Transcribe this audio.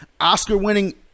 oscar-winning